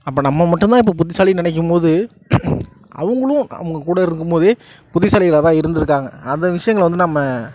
அப்போ நம்ம மட்டும்தான் இப்போ புத்திசாலின்னு நினைக்கும் போது அவங்களும் அவங்க கூட இருக்கும் போதே புத்திசாலிகளாக தான் இருந்திருக்காங்க அந்த விஷயங்கள வந்து நம்ம